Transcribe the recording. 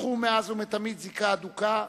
טיפחו מאז ומעולם זיקה הדוקה